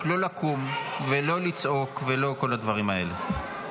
רק לא לקום ולא לצעוק ולא כל הדברים האלה.